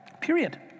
period